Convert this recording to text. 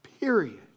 Period